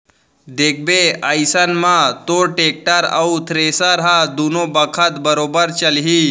देखबे अइसन म तोर टेक्टर अउ थेरेसर ह दुनों बखत बरोबर चलही